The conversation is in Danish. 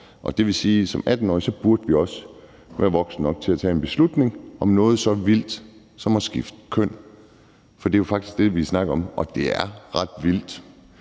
det vil sige, at vi som 18-årige også burde være voksne nok til at tage en beslutning om noget så vildt som det at skifte køn. For det er jo faktisk det, som vi snakker om, og det er ret vildt.